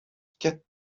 quatre